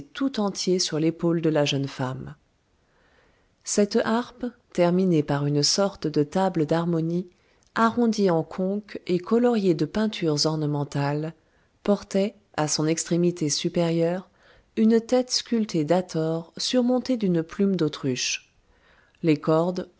tout entier sur l'épaule de la jeune femme cette harpe terminée par une sorte de table d'harmonie arrondie en conque et coloriée de peintures ornementales portait à son extrémité supérieure une tête sculptée d'hâthor surmontée d'une plume d'autruche les cordes